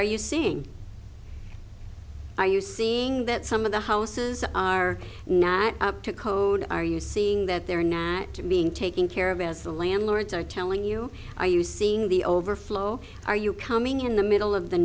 are you seeing are you seeing that some of the houses are not up to code are you seeing that they're not to being taken care of as the landlords are telling you are you seeing the overflow are you coming in the middle of the